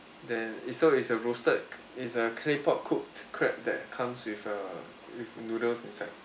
then it's a it's a roasted it's a claypot cooked crab that comes with uh with noodles inside